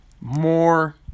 more